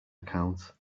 account